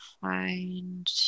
find